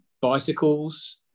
bicycles